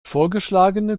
vorgeschlagene